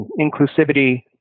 inclusivity